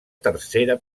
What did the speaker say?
tercera